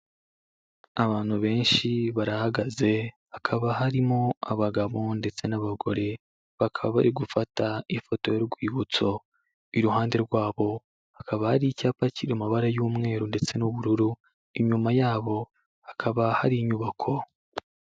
Abantu benshi barahagaze, hakaba harimo abagabo ndetse n'abagore. Bakaba bari gufata ifoto y'urwibutso. Iruhande rwabo, hakaba hari icyapa kiri mu mabara y'umweru ndetse n'ubururu, inyuma yabo hakaba hari inyubako.